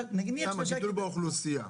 כמה, גידול באוכלוסייה?